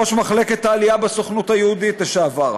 ראש מחלקת העלייה בסוכנות היהודית לשעבר: